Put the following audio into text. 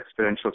exponential